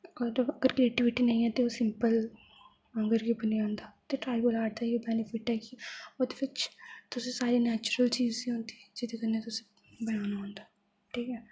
अगर क्रिएटिविटी नेईं ऐ ते ओह् सिंपल आंगर गै बनी आंदा ते ट्राइबल आर्ट दा इ'यै बेनिफिट ऐ कि ओह्दे बिच सारे नेचुरल चीज गै होंदी जेह्दे बिच तुसें बनाना होंदा ठीक ऐ